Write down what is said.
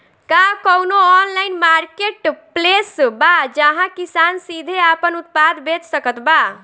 का कउनों online marketplace बा जहां किसान सीधे आपन उत्पाद बेच सकत बा?